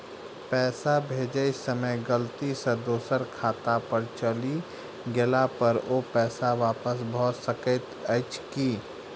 पैसा भेजय समय गलती सँ दोसर खाता पर चलि गेला पर ओ पैसा वापस भऽ सकैत अछि की?